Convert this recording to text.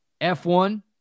F1